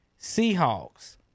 Seahawks